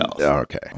Okay